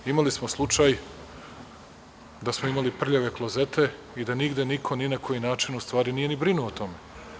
Imali smo slučaj da smo imali prljave klozete i da nigde niko ni na koji način u stvari nije ni brinuo o tome.